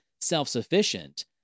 self-sufficient